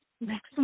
next